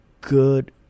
good